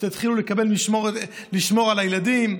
שיתחילו לשמור על הילדים.